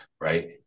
right